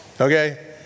Okay